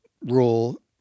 rule